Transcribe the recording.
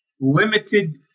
limited